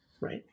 Right